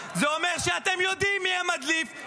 זה אומר שאתם יודעים מי המדליף,